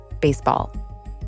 baseball